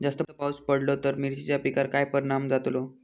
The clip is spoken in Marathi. जास्त पाऊस पडलो तर मिरचीच्या पिकार काय परणाम जतालो?